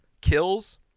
kills